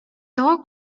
тоҕо